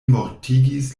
mortigis